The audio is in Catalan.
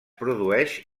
produeix